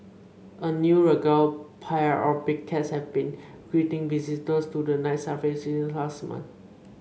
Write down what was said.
a new regal pair of big cats has been greeting visitors to the Night Safari since last month